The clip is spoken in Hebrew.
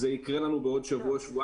זה יקרה לנו בעוד שבוע-שבועיים,